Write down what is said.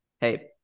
hey